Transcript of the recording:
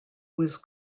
was